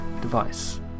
device